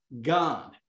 God